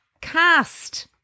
cast